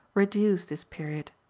reduce this period.